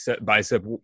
bicep